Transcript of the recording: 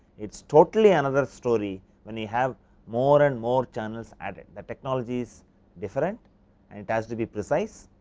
it is totally another story when you have more and more channels added. the technology is different, and it has to be precise.